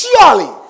Surely